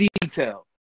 detail